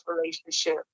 relationship